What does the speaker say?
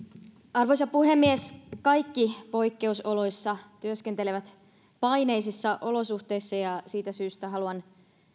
arvoisa puhemies kaikki poikkeusoloissa työskentelevät paineisissa olosuhteissa ja siitä syystä haluan